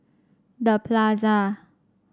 The Plaza